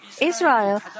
Israel